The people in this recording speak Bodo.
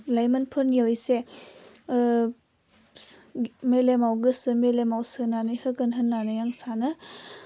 लाइमोनफोरनि एसे ओह मेलेमाव गोसो मेलेमाव सोनानै होगोन होनानै आं सानो